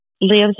lives